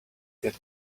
get